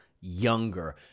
younger